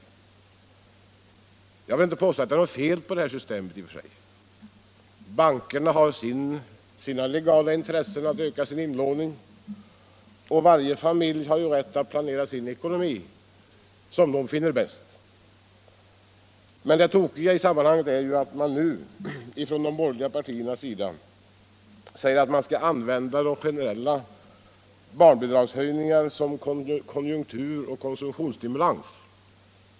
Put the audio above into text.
Jag vill inte påstå att det är något fel på det systemet i och för sig. Bankerna har ett legalt intresse av att öka sin inlåning, och varje familj har rätt att planera sin ekonomi så som den finner bäst. Men det märkliga i sammanhanget är att de borgerliga partierna nu säger att man skall använda de generella bidragshöjningarna som konjunkturoch konsumtionsstimulans.